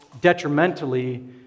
detrimentally